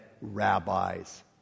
rabbis